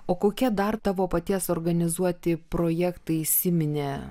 o kokia dar tavo paties organizuoti projektai įsiminė